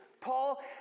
Paul